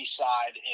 side